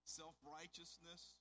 self-righteousness